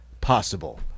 possible